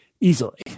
easily